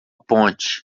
ponte